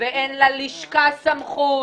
ואין ללשכה סמכות,